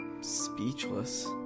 speechless